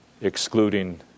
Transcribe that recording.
excluding